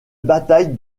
bataille